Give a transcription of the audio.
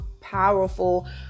powerful